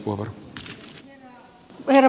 herra puhemies